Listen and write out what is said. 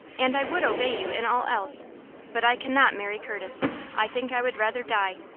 and i would obey you in all else but i cannot marry curtis i think i would rather die.